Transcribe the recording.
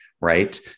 right